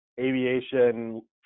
aviation –